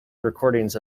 recordings